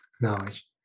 knowledge